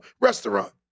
restaurant